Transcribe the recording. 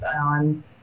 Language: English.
on